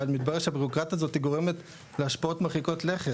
אבל מתברר שהבירוקרטיה הזאת גורמת להשפעות מרחיקות לכת.